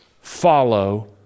follow